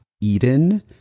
Eden